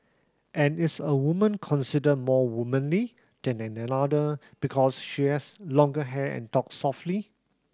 and is a woman considered more womanly than another because she has longer hair and talks softly